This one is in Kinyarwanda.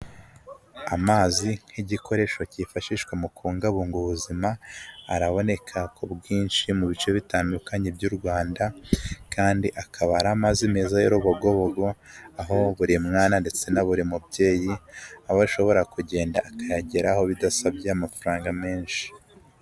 Amazi nk'igikoresho kifashishwa mu kubungabunga ubuzima, araboneka ku bwinshi mu bice bitandukanye by'u Rwanda kandi akabara amaze amezi y'urubogobogo aho buri mwana ndetse na buri mubyeyi, aho ashobora kugenda akayageraho bidasabye amafaranga menshi.